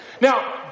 Now